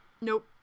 nope